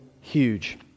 huge